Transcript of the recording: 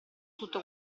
tutto